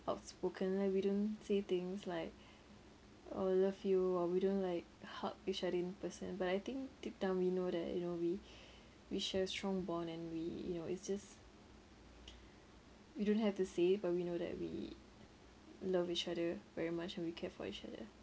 outspoken like we don't say things like oh love you or we don't like hug each other in person but I think deep down we know that you know we we share a strong bond and we you know it's just we don't have to say but we know that we love each other very much and we care for each other